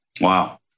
Wow